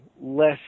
less